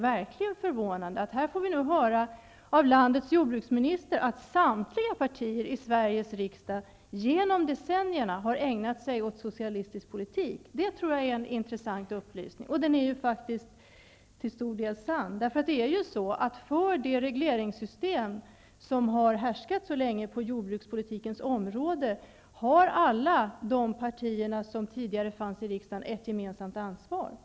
Vi får nu höra av landets jordbruksminister att samtliga partier i Sveriges riksdag genom decennierna har ägnat sig åt socialistisk politik. Det är en intressant upplysning, och den är faktiskt till stor del sann. För det regleringssystem som har härskat så länge på jordbrukspolitikens område har alla de partier som tidigare fanns i riksdagen ett gemensamt ansvar.